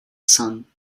sun